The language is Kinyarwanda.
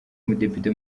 umudepite